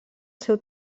seu